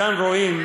מכאן רואים שיש